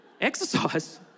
Exercise